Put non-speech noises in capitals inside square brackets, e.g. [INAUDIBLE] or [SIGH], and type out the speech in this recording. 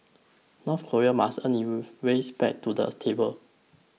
North Korea must earn [UNINTELLIGIBLE] ways back to the table